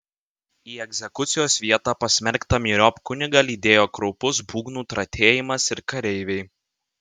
į egzekucijos vietą pasmerktą myriop kunigą lydėjo kraupus būgnų tratėjimas ir kareiviai